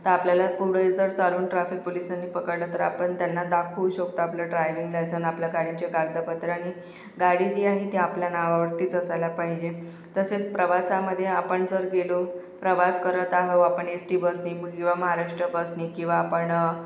तर आपल्याला पुढे जर चालून ट्रॅफिक पोलिसांनी पकडलं तर आपण त्यांना दाखवू शकता आपलं ड्रायव्हिंग लायसन आपल्या गाडीचे कागदपत्रं आणि गाडी जी आहे ती आपल्या नावावरतीच असायला पाहिजे तसेच प्रवासामध्ये आपण जर गेलो प्रवास करत आहो आपण एस टी बसनी किंवा महाराष्ट्र बसनी किंवा आपण